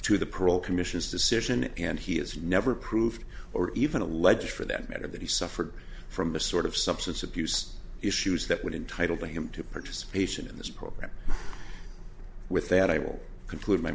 to the parole commission's decision and he has never proved or even alleged for that matter that he suffered from the sort of substance abuse issues that would entitle him to participation in this program with that i will conclude my